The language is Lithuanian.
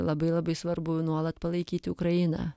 labai labai svarbu nuolat palaikyti ukrainą